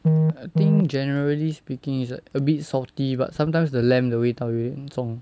I think generally speaking it's a bit salty but sometimes the lamb 的味道有一点重